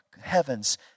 heaven's